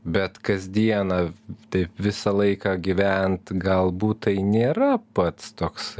bet kasdieną taip visą laiką gyvent galbūt tai nėra pats toks